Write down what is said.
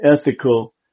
ethical